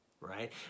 right